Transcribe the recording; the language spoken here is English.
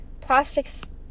plastics